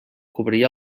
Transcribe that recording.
cobria